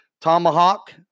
Tomahawk